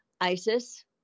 ISIS